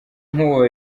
nkuwo